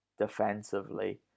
defensively